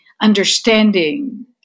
understanding